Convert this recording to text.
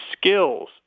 skills